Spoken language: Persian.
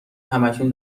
هماکنون